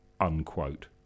unquote